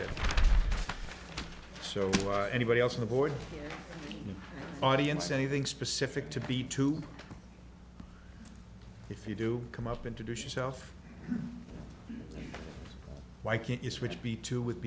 it so why anybody else in the board audience anything specific to to be if you do come up introduce yourself why can't you switch be two would